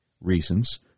reasons